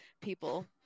people